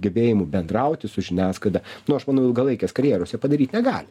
gebėjimu bendrauti su žiniasklaida nu aš manau ilgalaikės karjeros jie padaryt negali